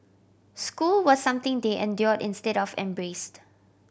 school was something they endured instead of embraced